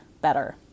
better